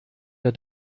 der